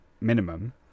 minimum